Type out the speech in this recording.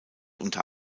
unter